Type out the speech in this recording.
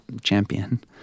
champion